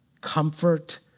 Comfort